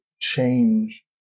change